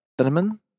Cinnamon